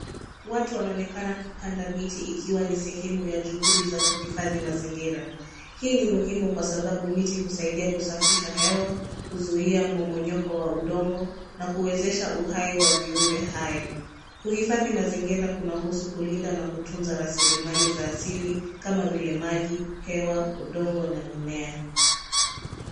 Watu wanaonekana wakipanda miti ikiwa ni sehemu ya juhudi za kuhifadhi mazingira. Hii ni muhimu kwasababu miti husaidia kusafisha hewa, kuzuia mmonyoko wa udongo na kuwezesha uhai wa viumbe hai. Kuhifadhi mazingira kunahusu kulinda na kutunza rasilimali za asili kama vile maji, hewa udongo na mimea.